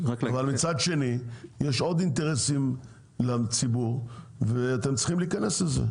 אבל מצד שני יש עוד אינטרסים לציבור ואתם צריכים להיכנס לזה,